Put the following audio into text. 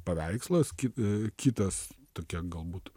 paveikslas kita kitas tokia galbūt